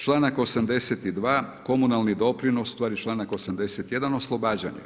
Članak 82. komunalni doprinos, u stvari članak 81. oslobađanje.